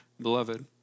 beloved